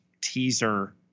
teaser